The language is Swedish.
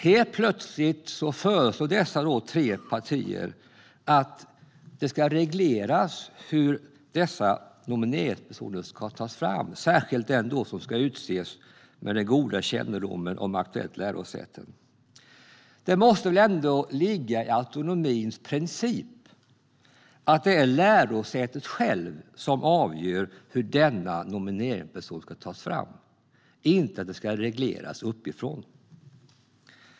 Helt plötsligt föreslår dessa tre partier att det ska regleras hur dessa nomineringspersoner ska tas fram, särskilt den som ska utses med den goda kännedomen om aktuellt lärosäte. Det måste väl ändå ligga i autonomins princip att det är lärosätet självt som avgör hur denna nomineringsperson ska tas fram, inte att det ska regleras uppifrån.